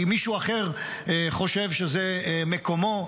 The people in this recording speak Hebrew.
כי מישהו אחר חושב שזה מקומו,